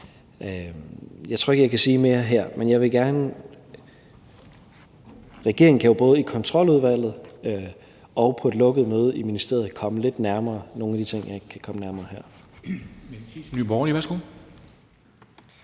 Jeg tror ikke, jeg kan sige mere her, men regeringen kan jo både i Kontroludvalget og på et lukket møde i ministeriet komme lidt nærmere nogle af de ting, jeg ikke kan komme nærmere her.